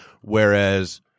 Whereas